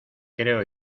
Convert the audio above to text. creo